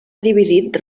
dividit